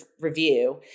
review